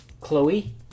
Chloe